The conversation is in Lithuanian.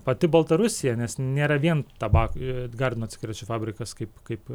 pati baltarusija nes nėra vien tabako ir gardino cigarečių fabrikas kaip kaip